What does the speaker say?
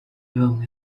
bamwe